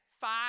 five